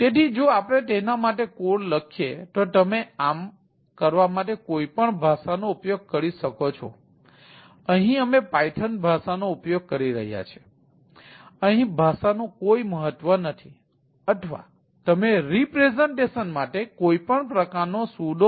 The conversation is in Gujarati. તેથી જો આપણે તેના માટે કોડ લખીએ તો તમે આમ કરવા માટે કોઈપણ ભાષા ઉપયોગ કરી શકો છો